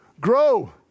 grow